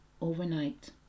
overnight